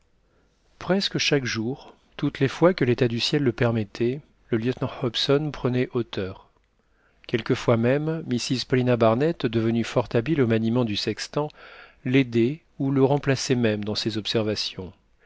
presque chaque jour toutes les fois que l'état du ciel le permettait le lieutenant hobson prenait hauteur quelquefois même mrs paulina barnett devenue fort habile au maniement du sextant l'aidait ou le remplaçait même dans ses observations